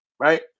Right